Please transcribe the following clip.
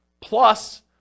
plus